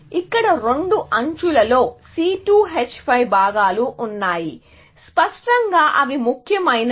ఇక్కడ రెండు అంచులలో C2 H5 భాగాలు ఉన్నాయి స్పష్టంగా అవి ముఖ్యమైనవి